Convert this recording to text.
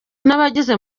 n’abageze